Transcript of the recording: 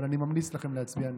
אבל אני ממליץ לכם להצביע נגד.